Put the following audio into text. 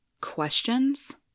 questions